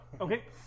okay